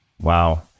Wow